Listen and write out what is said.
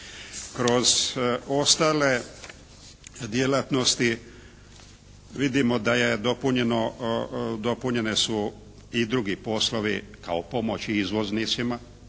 Kroz ostale djelatnosti vidimo da je dopunjeno, dopunjeni su i drugi poslovi kao pomoć izvoznicima,